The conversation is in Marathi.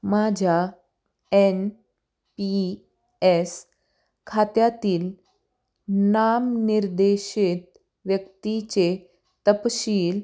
माझ्या एन पी एस खात्यातील नामनिर्देशित व्यक्तीचे तपशील